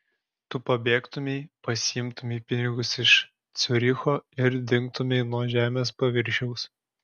tu pabėgtumei pasiimtumei pinigus iš ciuricho ir dingtumei nuo žemės paviršiaus